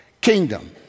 kingdom